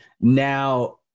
Now